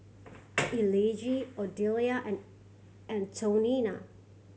Elige Odelia and Antonina